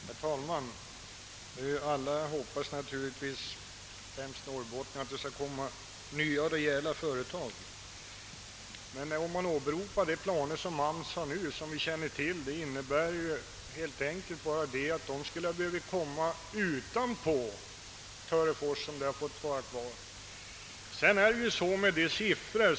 Herr talman! Alla, och främst norrbottningarna, hoppas naturligtvis att Norrbotten skall få nya, rejäla företag. De planer som nu åberopas skulle ha behövt genomföras utöver Törefors, om sysselsättningen där hade kunnat bibehållas. i östra Norrbotten är inte riktiga.